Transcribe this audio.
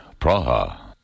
Praha